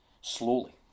Slowly